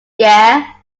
year